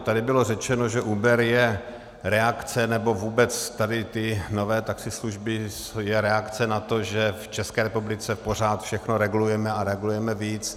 Tady bylo řečeno, že Uber je reakce, nebo vůbec tady ty nové taxislužby jsou reakce na to, že v České republice pořád všechno regulujeme a regulujeme víc.